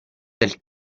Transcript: del